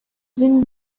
izindi